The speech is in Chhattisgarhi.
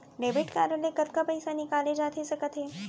डेबिट कारड ले कतका पइसा निकाले जाथे सकत हे?